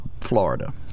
Florida